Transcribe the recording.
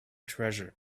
treasure